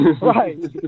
Right